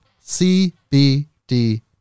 cbd